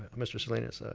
mr. salinas, ah